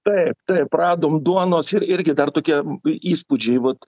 taip taip radom duonos ir irgi dar tokie įspūdžiai vat